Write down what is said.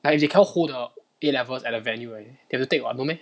like if they cannot hold the A levels at the venue they have to take [what] no meh